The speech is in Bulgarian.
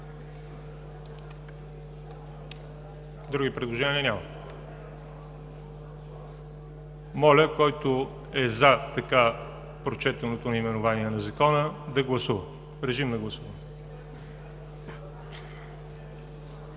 Други предложения? Няма. Моля, който е „за“ така прочетеното наименование на Закона, да гласува. Гласували